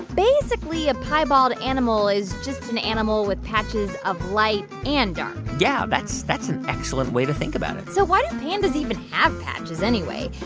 basically, a piebald animal is just an animal with patches of light and dark yeah. that's that's an excellent way to think about it so why do pandas even have patches anyway?